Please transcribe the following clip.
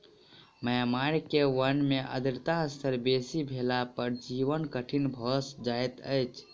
Myanmar के वन में आर्द्रता स्तर बेसी भेला पर जीवन कठिन भअ जाइत अछि